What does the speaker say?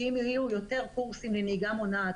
אם יהיו יותר קורסים לנהיגה מונעת,